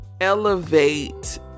elevate